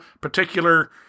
particular